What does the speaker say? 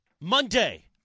Monday